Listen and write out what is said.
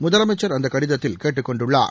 முதலமைச்சர் அந்த கடிதத்தில் கேட்டுக் கொண்டுள்ளார்